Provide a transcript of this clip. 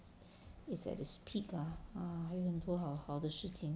it's at it's peak ah 还有很多好好的事情